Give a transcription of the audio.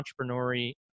entrepreneurial